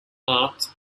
art